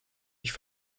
ich